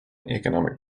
economic